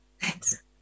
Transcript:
Thanks